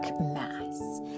mass